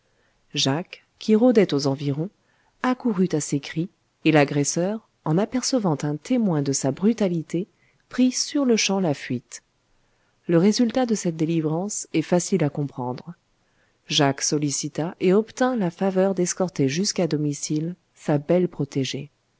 jacques qui rôdait aux environs accourut à ses cris et l'agresseur en apercevant un témoin de sa brutalité prit sur-le-champ la fuite le résultat de cette délivrance est facile à comprendre jacques sollicita et obtint la faveur d'escorter jusqu'à domicile sa belle protégée